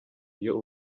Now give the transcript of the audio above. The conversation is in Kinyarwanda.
iyo